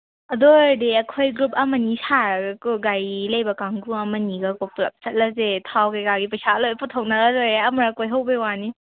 ꯑꯗꯨꯑꯣꯏꯔꯗꯤ ꯑꯩꯈꯣꯏ ꯒ꯭ꯔꯨꯞ ꯑꯃ ꯑꯅꯤ ꯁꯥꯔꯒ ꯒꯥꯔꯤ ꯂꯩꯕ ꯀꯥꯡꯕꯨ ꯑꯃ ꯑꯅꯤꯒꯀꯣ ꯄꯨꯂꯞ ꯆꯠꯂꯁꯦ ꯊꯥꯎ ꯀꯩꯀꯥꯒꯤ ꯄꯩꯁꯥ ꯂꯣꯏ ꯄꯨꯊꯣꯛꯅꯔ ꯂꯣꯏꯔꯦ ꯑꯃꯨꯛꯔꯛ ꯀꯣꯏꯍꯧꯕꯒꯤ ꯋꯥꯅꯤ